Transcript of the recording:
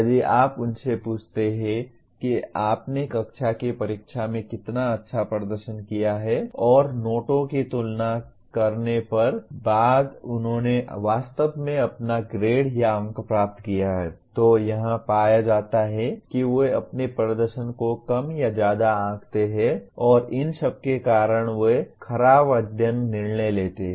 यदि आप उनसे पूछते हैं कि आपने कक्षा की परीक्षा में कितना अच्छा प्रदर्शन किया है और नोटों की तुलना करने के बाद उन्होंने वास्तव में अपना ग्रेड या अंक प्राप्त किया है तो यह पाया जाता है कि वे अपने प्रदर्शन को कम या ज्यादा आंकते हैं और इन सबके कारण वे खराब अध्ययन निर्णय लेते हैं